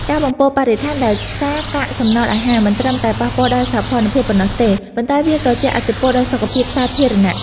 ការបំពុលបរិស្ថានដោយសារកាកសំណល់អាហារមិនត្រឹមតែប៉ះពាល់ដល់សោភ័ណភាពប៉ុណ្ណោះទេ ប៉ុន្តែវាក៏ជះឥទ្ធិពលដល់សុខភាពសាធារណៈ។